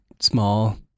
small